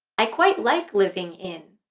i quite like living in